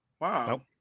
Wow